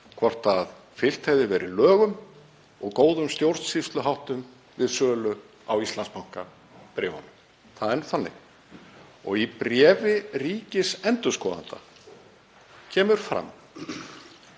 hvort fylgt hefði verið lögum og góðum stjórnsýsluháttum við sölu á Íslandsbankabréfunum. Það er þannig. Í bréfi ríkisendurskoðanda kemur fram,